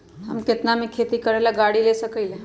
हम केतना में खेती करेला गाड़ी ले सकींले?